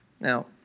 Now